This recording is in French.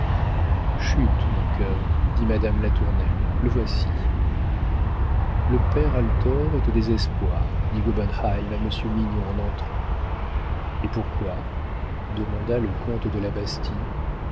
chut mon cœur dit madame latournelle le voici le père althor est au désespoir dit gobenheim à monsieur mignon en entrant et pourquoi demanda le comte de la bastie